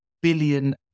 billion